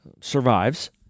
survives